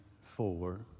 four